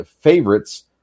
favorites